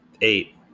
Eight